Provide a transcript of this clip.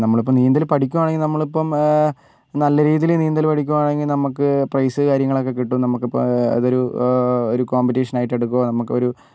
നമ്മളിപ്പോൾ നീന്തൽ പഠിക്കുവാണെങ്കിൽ നമ്മളിപ്പം നല്ല രീതിയിൽ നീന്തൽ പഠിക്കുവാണെങ്കിൽ നമുക്ക് പ്രൈസ് കാര്യങ്ങളൊക്കേ കിട്ടും നമുക്കിപ്പോൾ അതൊരു ഒരു കോമ്പറ്റിഷൻ ആയിട്ട് എടുക്കുവോ നമുക്കൊരു